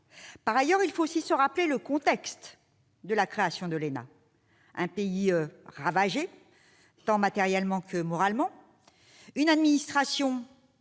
Par ailleurs, il faut aussi se rappeler le contexte de la création de l'ENA : notre pays était alors ravagé tant matériellement que moralement, notre administration